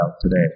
today